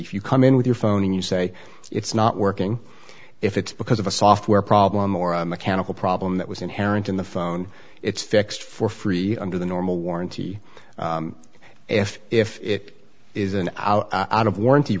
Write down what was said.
for you come in with your phone and you say it's not working if it's because of a software problem or a mechanical problem that was inherent in the phone it's fixed for free under the normal warranty if if it is an out of warranty